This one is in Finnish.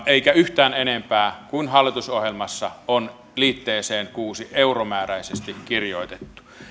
eikä yhtään enempää kuin hallitusohjelmassa on liitteeseen kuusi euromääräisesti kirjoitettu